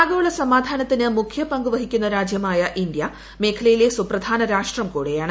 ആഗോള സമാധാനത്തിന് മുഖ്യ പങ്കുവഹിക്കുന്ന രാജ്യമായ ഇന്ത്യ മേഖലയിലെ സുപ്രധാന രാഷ്ട്രം കൂടെയാണ്